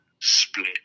split